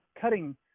cutting